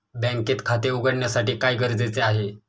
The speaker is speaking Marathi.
बँकेत खाते उघडण्यासाठी काय गरजेचे आहे?